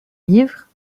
livres